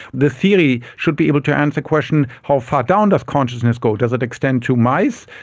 the theory should be able to answer questions how far down does consciousness go, does it extend to mice,